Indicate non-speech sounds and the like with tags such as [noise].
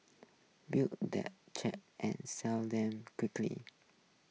build them cheap and sell them quickly [noise]